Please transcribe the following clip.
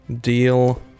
deal